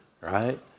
right